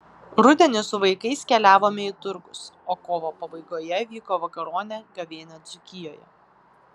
rudenį su vaikais keliavome į turgus o kovo pabaigoje vyko vakaronė gavėnia dzūkijoje